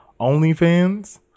OnlyFans